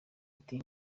ati